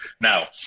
Now